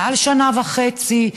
מעל שנה וחצי.